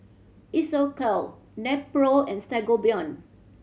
Isocal Nepro and Sangobion